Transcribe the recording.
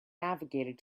navigated